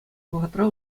вӑхӑтра